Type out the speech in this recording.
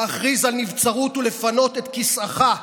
להכריז על נבצרות ולפנות את כיסאך.